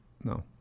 no